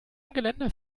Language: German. geländer